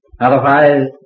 Otherwise